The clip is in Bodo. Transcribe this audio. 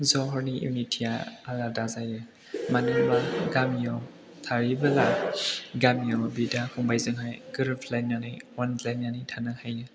सहरनि युनिटि आ आलादा जायो मानो होनबा गामिआव थायोबोला गामिआव बिदा फंबाइजोंहाय गोरोबलायनानै अनलायनानै थानो हायो